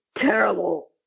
terrible